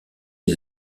les